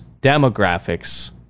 demographics